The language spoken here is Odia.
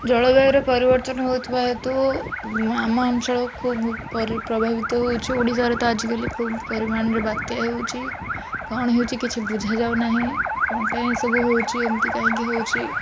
ଜଳବାୟୁରେ ପରିବର୍ତ୍ତନ ହଉଥିବା ହେତୁ ଆମ ଅଞ୍ଚଳ ଖୁବ୍ ପ୍ରଭାବିତ ହଉଛୁ ଓଡ଼ିଶାର ତ ଆଜିକାଲି ଖୁବ ପରିମାଣରେ ବାତ୍ୟା ହେଉଛି କ'ଣ ହେଉଛି କିଛି ବୁଝାଯାଉନାହିଁ କ'ଣ ପାଇଁ ଏସବୁ ହଉଛି ଏମିତି କାଇଁକି ହଉଛି